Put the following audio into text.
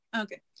Okay